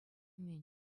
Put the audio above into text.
мӗн